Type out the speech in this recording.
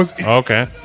Okay